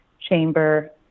chamber